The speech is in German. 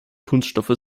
kunststoff